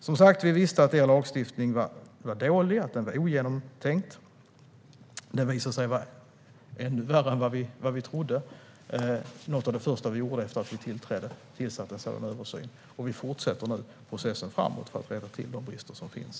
Som sagt, vi visste att er lagstiftning var dålig och ogenomtänkt. Den visade sig vara ännu värre än vad vi trodde. Något av det första vi gjorde efter att vi tillträdde var att vi tillsatte en översyn. Och vi fortsätter nu processen framåt för att rätta till de brister som finns.